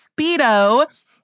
Speedo